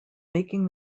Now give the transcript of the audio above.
making